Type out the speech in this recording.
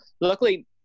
Luckily